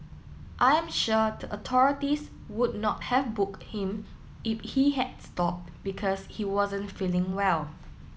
I am sure the authorities would not have booked him if he had stopped because he wasn't feeling well